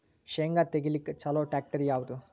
ಶೇಂಗಾ ತೆಗಿಲಿಕ್ಕ ಚಲೋ ಟ್ಯಾಕ್ಟರಿ ಯಾವಾದು?